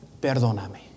perdóname